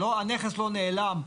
הנכס לא נעלם,